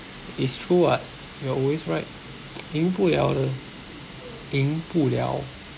it's true [what] you are always right 赢不了的赢不了